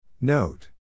Note